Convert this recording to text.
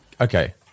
okay